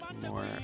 more